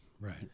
Right